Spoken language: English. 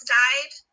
died